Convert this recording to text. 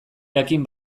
jakin